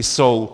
Jsou!